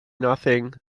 nothing